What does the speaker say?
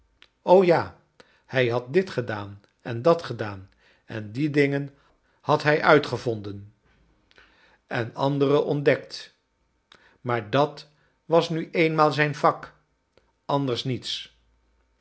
o ja hij had dit gedaan en dat gedaan en die dingen had hij uitgevonden en andere ontdekt maar dat was nu eenmaal zijn vak anders niets